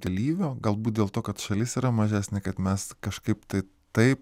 dalyvio galbūt dėl to kad šalis yra mažesnė kad mes kažkaip tai taip